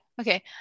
Okay